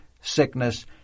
sickness